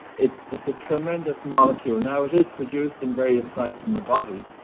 it's it's a tremendous molecule now, it is produced in various sites in the body,